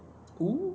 !woo!